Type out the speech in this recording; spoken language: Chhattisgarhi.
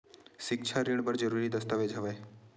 सिक्छा ऋण बर जरूरी दस्तावेज का हवय?